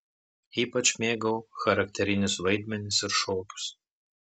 ypač mėgau charakterinius vaidmenis ir šokius